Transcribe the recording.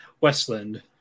Westland